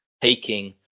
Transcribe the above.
taking